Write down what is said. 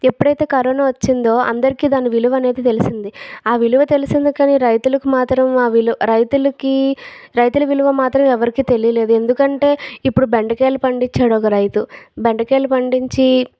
ఎప్పుడైతే కరోనా వచ్చిందో అందరికీ దాని విలువ అనేది తెలిసింది ఆ విలువ తెలిసింది కానీ రైతులకు మాత్రం ఆ విలు రైతులకీ రైతుల విలువ మాత్రం ఎవరికీ తెలియలేదు ఎందుకంటే ఇప్పుడు బెండకాయలు పండించాడు ఒక రైతు బెండకాయలు పండించి